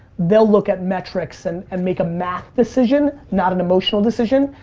they'll look at metrics and and make a math decision, not an emotional decision,